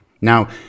Now